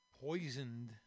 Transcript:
poisoned